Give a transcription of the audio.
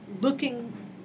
Looking